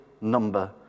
number